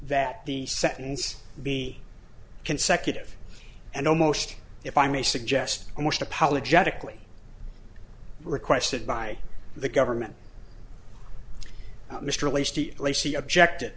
that the sentence be consecutive and almost if i may suggest almost apologetically requested by the government mr lacy lacy objected